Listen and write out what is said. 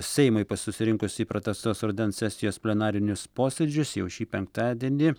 seimui pa susirinkus į pratęstos rudens sesijos plenarinius posėdžius jau šį penktadienį